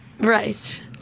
Right